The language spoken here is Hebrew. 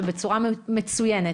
ובצורה מצוינת.